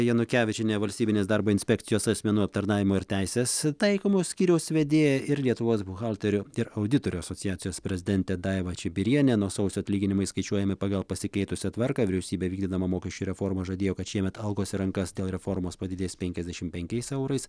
janukevičienė valstybinės darbo inspekcijos asmenų aptarnavimo ir teisės taikymo skyriaus vedėja ir lietuvos buhalterių ir auditorių asociacijos prezidentė daiva čibirienė nuo sausio atlyginimai skaičiuojami pagal pasikeitusią tvarką vyriausybė vykdydama mokesčių reformą žadėjo kad šiemet algos į rankas dėl reformos padidės penkiasdešimt penkiais eurais